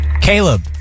Caleb